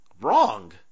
wrong